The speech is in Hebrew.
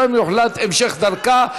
ושם יוחלט על המשך דרכה,